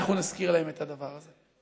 אנחנו נזכיר להם את הדבר הזה.